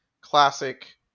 classic